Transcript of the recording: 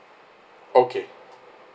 okay